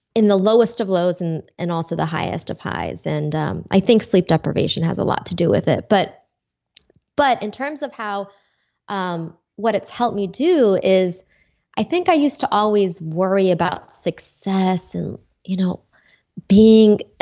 in the lowest of lows and and also the highest of highs. and um i think sleep deprivation has a lot to do with it. but but in terms of um what it's helped me do is i think i used to always worry about success and you know being.